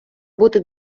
бути